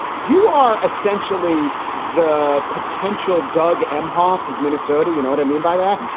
you are essentially the potential doug imhoff of minnesota, you know what i mean by that?